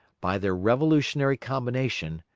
by their revolutionary combination,